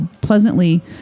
pleasantly